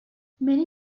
many